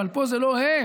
אבל פה זה לא הם,